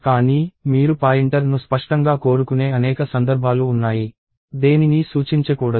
కానీ మీరు పాయింటర్ను స్పష్టంగా కోరుకునే అనేక సందర్భాలు ఉన్నాయి దేనినీ సూచించకూడదు